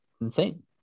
insane